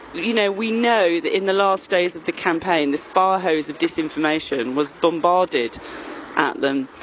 you know, we know that in the last days of the campaign this fire hose of disinformation was bombarded at them.